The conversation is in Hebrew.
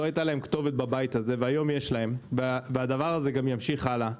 היום יש להם וזה ימשיך הלאה.